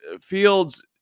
fields